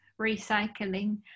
recycling